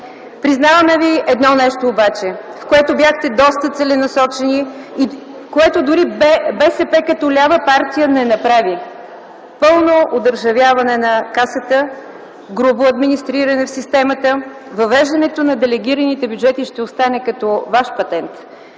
Признаваме ви едно нещо обаче, с което бяхте доста целенасочени, и което дори БСП като лява партия не направи – пълно одържавяване на Касата, грубо администриране в системата, въвеждането на делегираните бюджети ще остане като ваш патент.